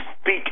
speak